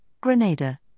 Grenada